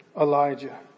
Elijah